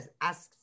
asks